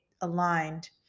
aligned